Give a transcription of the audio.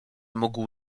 mógł